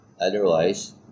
Otherwise